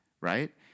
right